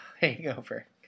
Hangover